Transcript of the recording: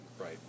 right